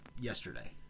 yesterday